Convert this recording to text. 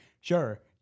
sure